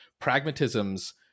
pragmatism's